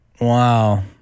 Wow